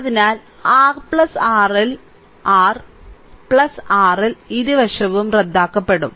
അതിനാൽ R RL R RL ഇരുവശവും റദ്ദാക്കപ്പെടും